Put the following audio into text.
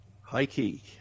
High-key